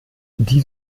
die